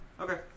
okay